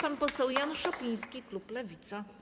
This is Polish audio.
Pan poseł Jan Szopiński, klub Lewica.